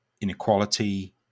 inequality